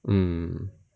mm